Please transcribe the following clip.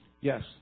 Yes